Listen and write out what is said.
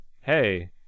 hey